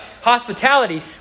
hospitality